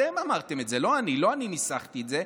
אתם אמרתם את זה, לא אני, לא אני ניסחתי את זה.